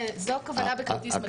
זו הכוונה בכרטיס מגנטי.